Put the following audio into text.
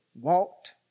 walked